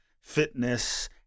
fitness